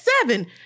seven